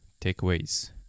takeaways